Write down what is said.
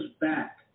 back